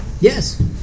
Yes